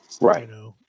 Right